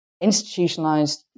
institutionalized